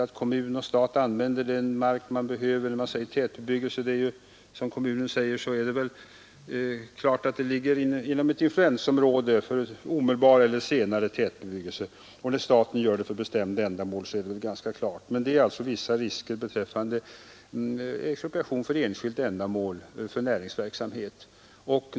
När en kommun vill ha mark till tätbebyggelse, kan kommunen säga att marken ligger inom ett influensområde för omedelbar eller senare tätbebyggelse, och när staten gör det är det också ganska klart, men det finns alltså vissa risker beträffande expropriation för enskilt ändamål för näringsverksamhet.